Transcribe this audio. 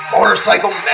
Motorcycle